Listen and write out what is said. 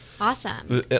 Awesome